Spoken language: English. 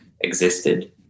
existed